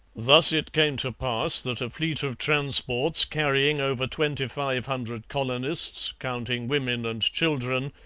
thus it came to pass that a fleet of transports carrying over twenty-five hundred colonists, counting women and children,